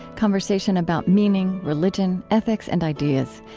conversation about meaning, religion, ethics, and ideas.